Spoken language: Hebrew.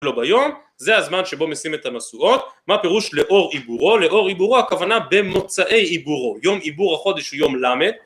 לא ביום, זה הזמן שבו משיאים את המשואות מה פירוש לאור עיבורו, לאור עיבורו הכוונה במוצאי עיבורו יום עיבור החודש הוא יום למד